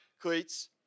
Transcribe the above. cleats